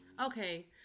Okay